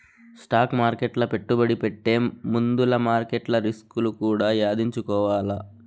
stock మార్కెట్ల పెట్టుబడి పెట్టే ముందుల మార్కెట్ల రిస్కులు కూడా యాదించుకోవాల్ల